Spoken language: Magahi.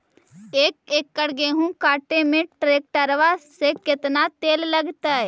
एक एकड़ गेहूं काटे में टरेकटर से केतना तेल लगतइ?